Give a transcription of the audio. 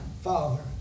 father